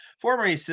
former